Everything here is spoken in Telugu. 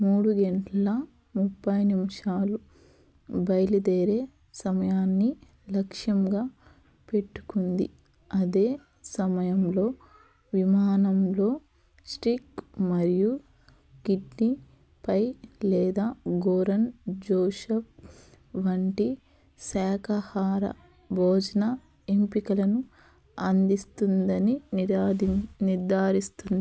మూడు గంటల ముప్పై నిమిషాలు బయలుదేరే సమయాన్ని లక్ష్యంగా పెట్టుకుంది అదే సమయంలో విమానంలో స్టిక్ మరియు కిడ్నీపై లేదా గోరన్ జోసెఫ్ వంటి శాకాహార భోజనం ఎంపికలను అందిస్తుందని నిదాదిం నిర్ధారిస్తుంది